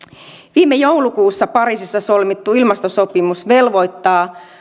viime joulukuussa pariisissa solmittu ilmastosopimus velvoittaa